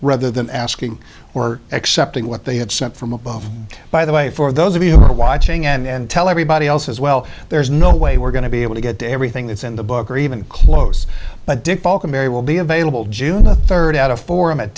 rather than asking or accepting what they had sent from above by the way for those of you who are watching and tell everybody else as well there's no way we're going to be able to get to everything that's in the book or even close but dick balkan mary will be available june the third at a forum at